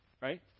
right